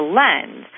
lend